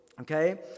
Okay